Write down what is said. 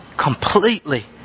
Completely